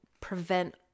prevent